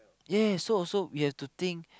yes so so you have to think